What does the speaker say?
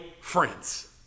friends